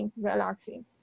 relaxing